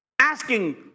asking